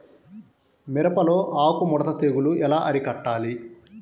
మిరపలో ఆకు ముడత తెగులు ఎలా అరికట్టాలి?